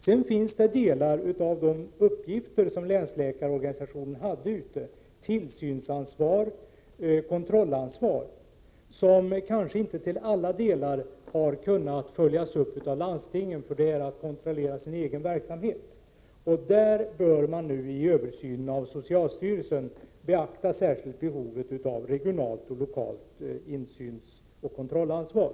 Vissa av de uppgifter som länsläkarorganisationen hade, bl.a. tillsynsoch kontrollansvar, har kanske inte kunnat följas upp till alla delar av landstingen. Det skulle nämligen innebära att landstingen kontrollerade sin egen verksamhet. Man bör i den översyn som görs av socialstyrelsen särskilt beakta behovet av regionalt och lokalt tillsynsoch kontrollansvar.